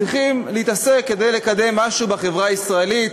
צריכים להתעסק בו כדי לקדם משהו בחברה הישראלית,